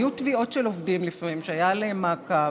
היו תביעות של עובדים, לפעמים, שהיה עליהם מעקב,